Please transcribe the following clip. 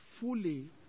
fully